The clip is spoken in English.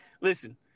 Listen